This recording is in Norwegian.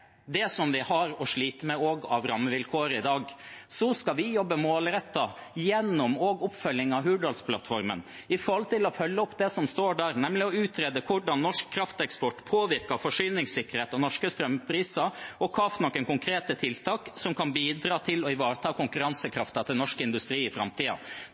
det vi har å slite med av rammevilkår i dag. Vi skal jobbe målrettet, også gjennom oppfølging av Hurdalsplattformen og det som står der, nemlig å utrede hvordan norsk krafteksport påvirker forsyningssikkerheten og norske strømpriser, og hvilke konkrete tiltak som kan bidra til å ivareta konkurransekraften til norsk industri i